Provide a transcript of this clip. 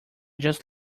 just